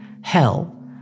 Hell